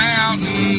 Mountain